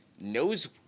knows